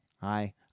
Hi